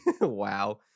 wow